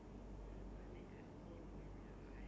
what would your statue be doing